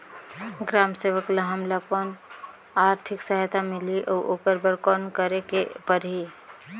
ग्राम सेवक ल हमला कौन आरथिक सहायता मिलही अउ ओकर बर कौन करे के परही?